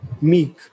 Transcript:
meek